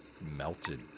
melted